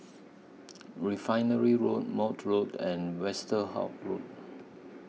Refinery Road Maude Road and Westerhout Road